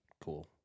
cool